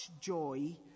joy